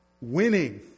winning